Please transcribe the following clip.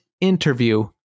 interview